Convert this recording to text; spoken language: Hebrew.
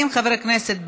40 חברי כנסת בעד,